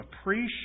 appreciate